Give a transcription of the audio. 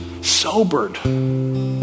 sobered